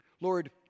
Lord